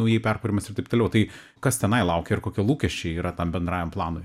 naujai perkuriamas ir taip toliau tai kas tenai laukia ir kokie lūkesčiai yra tam bendrajam planui